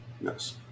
Yes